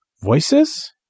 Voices